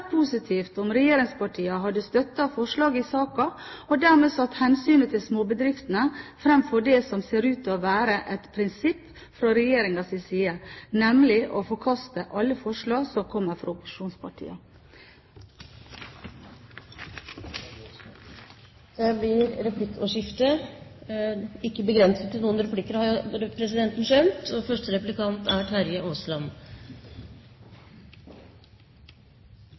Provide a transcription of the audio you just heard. positivt om regjeringspartiene hadde støttet forslaget i saken, og dermed satt hensynet til småbedriftene foran det som ser ut til å være et prinsipp fra regjeringens side, nemlig å forkaste alle forslag som kommer fra opposisjonspartiene. Det blir replikkordskifte. Etter å ha hørt representantens innlegg sitter jeg igjen med en sterk undring over hvorfor Høyre ikke